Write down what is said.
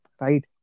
Right